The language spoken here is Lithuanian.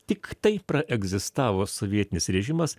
tik tai praegzistavo sovietinis režimas